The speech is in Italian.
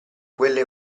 quelle